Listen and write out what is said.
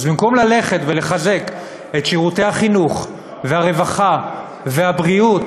אז במקום ללכת ולחזק את שירותי החינוך והרווחה והבריאות,